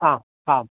ആ ആ